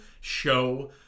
show